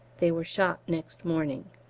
they were shot next morning.